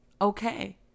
okay